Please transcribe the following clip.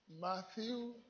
Matthew